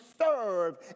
serve